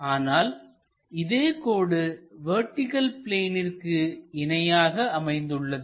ஆனால் இதே கோடு வெர்டிகள் பிளேனிற்கு இணையாக அமைந்துள்ளது